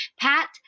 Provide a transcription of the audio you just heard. Pat